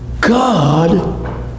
God